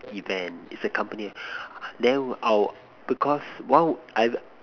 event is a company then we our because while I've